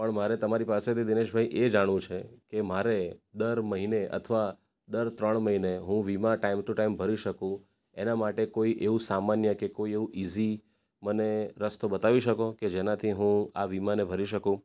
પણ મારે તમારી પાસેથી દિનેશભાઇ એ જાણવું છે કે મારે દર મહિને અથવા દર ત્રણ મહિને હું વીમા ટાઈમ ટુ ટાઈમ ભરી શકું એના માટે કોઈ એવું સામાન્ય કે કોઈ એવું ઇઝી મને રસ્તો બતાવી શકો કે જેનાથી હું આ વીમાને ભરી શકું